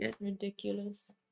ridiculous